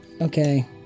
okay